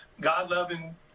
God-loving